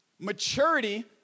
maturity